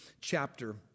chapter